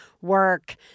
Work